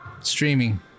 Streaming